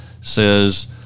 says